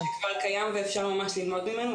יש לנו גם סוג של משהוא שהוא קיים ואפשר ממש ללמוד ממנו,